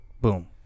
boom